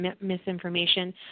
misinformation